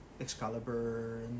Excalibur